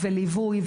ליווי,